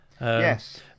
yes